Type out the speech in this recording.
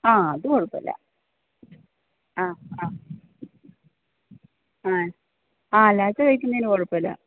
ആ അത് കുഴപ്പമില്ല ആ ആ ആ ആ ലാച്ച തയ്ക്കുന്നതിന്കു ഴപ്പമില്ല